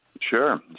Sure